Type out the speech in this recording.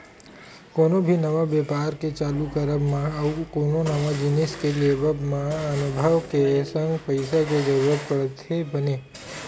कोनो भी नवा बेपार के चालू करब मा अउ कोनो नवा जिनिस के लेवब म अनभव के संग पइसा के जरुरत पड़थे बने